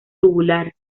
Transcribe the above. tubular